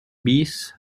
bis